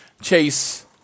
Chase